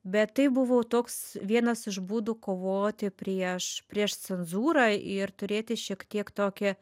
bet tai buvo toks vienas iš būdų kovoti prieš prieš cenzūrą ir turėti šiek tiek tokį